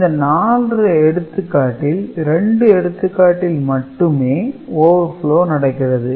இந்த 4 எடுத்துக்காட்டில் 2 எடுத்துக்காட்டில் மட்டுமே Overflow நடக்கிறது